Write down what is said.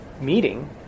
meeting